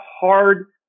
hard